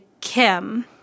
Kim